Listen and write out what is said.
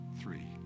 three